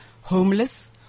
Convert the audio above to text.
homeless